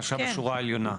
מה שהיה בשורה העליונה.